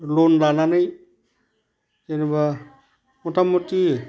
लन लानानै जेन'बा मथा मथि